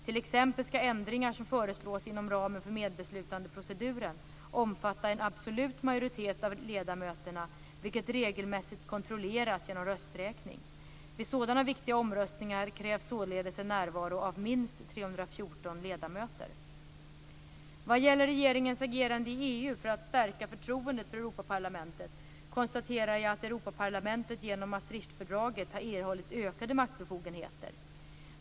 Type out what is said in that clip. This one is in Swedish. T.ex. skall ändringar som föreslås inom ramen för medbeslutandeproceduren omfatta en absolut majoritet av ledamöterna, vilket regelmässigt kontrolleras genom rösträkning. Vid sådana viktiga omröstningar krävs således en närvaro av minst 314 Vad gäller regeringens agerande i EU för att stärka förtroendet för Europaparlamentet konstaterar jag att Europaparlamentet genom Maastrichtfördraget har erhållit ökade maktbefogenheter.